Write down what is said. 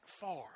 far